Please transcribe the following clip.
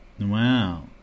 Wow